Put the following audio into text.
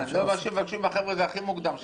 מבקשים שתגיד לנו הכי מוקדם שאפשר,